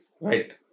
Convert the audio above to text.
right